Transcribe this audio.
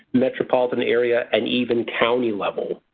metropolitan area and even county level.